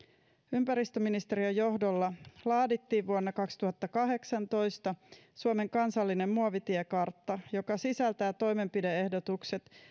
ympäristöministeriön johdolla laadittiin vuonna kaksituhattakahdeksantoista suomen kansallinen muovitiekartta joka sisältää toimenpide ehdotukset